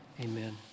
amen